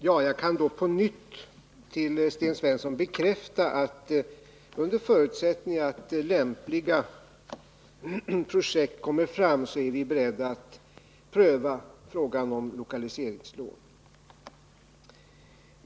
Herr talman! Jag kan på nytt för Sten Svensson bekräfta att vi under förutsättning av att lämpliga projekt kommer fram är beredda att pröva frågan om lokaliseringslån.